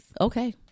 okay